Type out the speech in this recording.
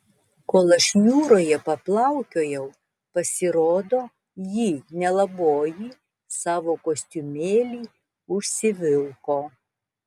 kol aš jūroje paplaukiojau pasirodo ji nelaboji savo kostiumėlį užsivilko